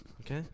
Okay